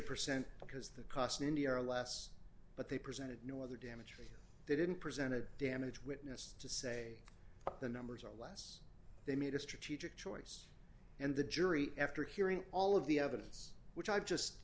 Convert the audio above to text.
percent because the cost in your last but they presented no other damage for you they didn't presented damage witness to say the numbers are less they made a strategic choice and the jury after hearing all of the evidence which i've just